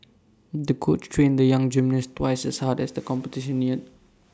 the coach trained the young gymnast twice as hard as the competition neared